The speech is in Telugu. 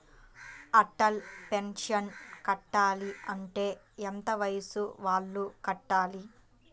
అటల్ పెన్షన్ కట్టాలి అంటే ఎంత వయసు వాళ్ళు కట్టాలి?